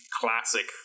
classic